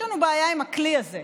יש לנו בעיה עם הכלי הזה.